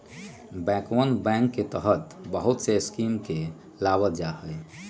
बैंकरवन बैंक के तहत बहुत से स्कीम के भी लावल जाहई